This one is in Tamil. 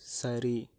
சரி